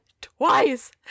twice